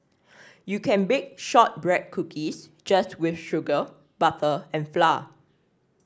you can bake shortbread cookies just with sugar butter and flour